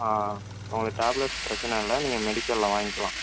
ஆ ஆ உங்களுக்கு டேப்லெட்ஸ் பிரச்சனை இல்லை நீங்கள் மெடிக்கலில் வாங்கிக்கலாம்